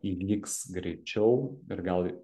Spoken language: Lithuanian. įvyks greičiau ir gal